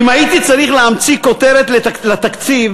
אם הייתי צריך להמציא כותרת לתקציב